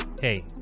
Hey